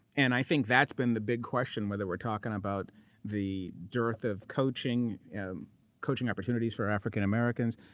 and i think that's been the big question whether we're talking about the dearth of coaching um coaching opportunities for african americans.